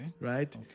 Right